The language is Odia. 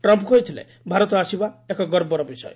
ଟ୍ରମ୍ କହିଥିଲେ ଭାରତ ଆସିବା ଏକ ଗର୍ବର ବିଷୟ